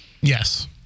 Yes